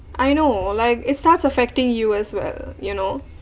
I know like it starts affecting you as well you know